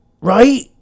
Right